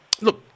Look